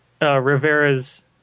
Rivera's